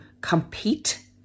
compete